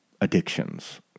addictions